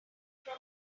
from